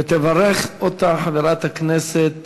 ותברך אותה חברת הכנסת